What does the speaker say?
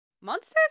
Monsters